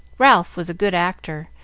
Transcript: ralph was a good actor,